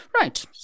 right